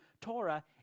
Torah